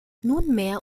nunmehr